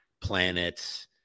planets